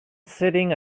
sitting